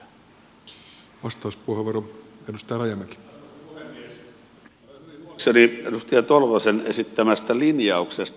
olen hyvin huolissani edustaja tolvasen esittämästä linjauksesta